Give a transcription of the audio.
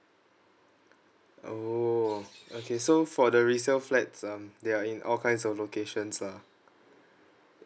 orh okay so for the resale flats um there are in all kinds of locations lah